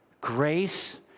grace